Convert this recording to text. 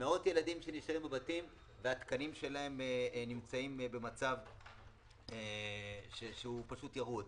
מאות ילדים שנשארים בבתים והתקנים שלהם נמצאים במצב שהוא פשוט ירוד.